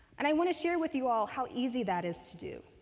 and i want to share with you all how easy that is to do.